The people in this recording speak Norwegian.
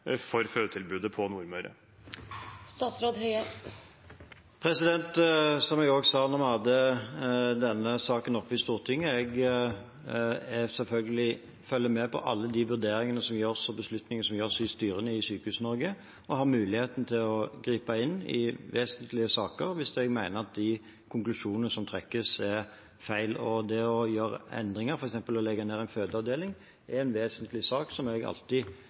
for fødetilbudet på Nordmøre. Som jeg sa da vi hadde denne saken oppe i Stortinget, følger jeg selvfølgelig med på alle de vurderingene som gjøres, og de beslutningene som tas i styrene i Sykehus-Norge, og har muligheten til å gripe inn i vesentlige saker hvis jeg mener at de konklusjonene som trekkes, er feil. Gjøres en endring som f.eks. å legge ned en fødeavdeling, er det en vesentlig sak som jeg alltid